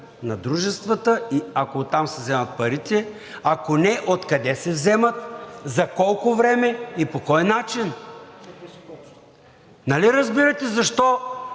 на дружествата. И ако оттам се вземат парите, ако не, откъде се вземат, за колко време и по кой начин? Нали разбирате защо